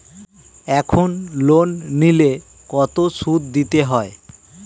এখন লোন নিলে কত সুদ দিতে হয়?